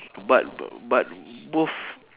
but b~ but both